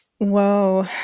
whoa